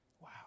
Wow